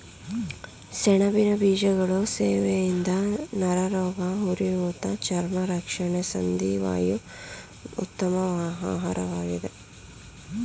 ಸೆಣಬಿನ ಬೀಜಗಳು ಸೇವನೆಯಿಂದ ನರರೋಗ, ಉರಿಊತ ಚರ್ಮ ರಕ್ಷಣೆ ಸಂಧಿ ವಾಯು ಉತ್ತಮ ಆಹಾರವಾಗಿದೆ